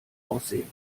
aussehen